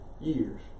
years